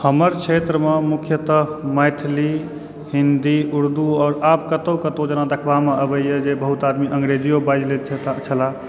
हमर क्षेत्रमऽ मुख्यतः मैथिली हिन्दी उर्दू आओर आब कतहुँ कतहुँ जेना देखबामे आबइए जे बहुत आदमी अङ्ग्रेजीयो बाजि लैत छलाह